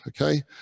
Okay